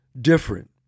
different